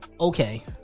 okay